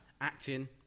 Acting